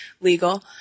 legal